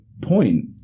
point